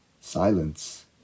Silence